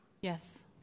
Yes